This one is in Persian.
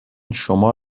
شما